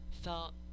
felt